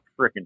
freaking